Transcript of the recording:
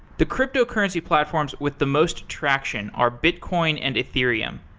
the cryptocurrency platforms with the most traction are bitcoin and ethereum.